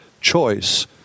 choice